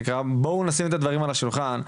בואו נשים את הדברים על השולחן,